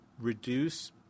reduce